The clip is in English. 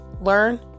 Learn